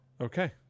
Okay